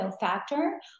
factor